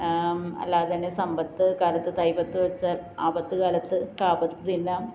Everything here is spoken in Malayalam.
അല്ലാതെതന്നെ സമ്പത്ത് കാലത്ത് തൈ പത്ത് വെച്ചാല് ആപത്ത് കാലത്ത് കാ പത്ത് തിന്നാം